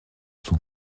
son